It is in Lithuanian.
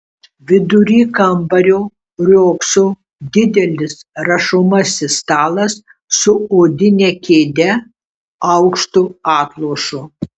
vidury kambario riogso didelis rašomasis stalas su odine kėde aukštu atlošu